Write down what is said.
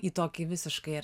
į tokį visiškai ar